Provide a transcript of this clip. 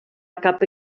capa